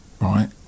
right